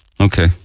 Okay